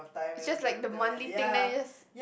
it's just like the monthly thing then you just